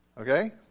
Okay